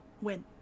win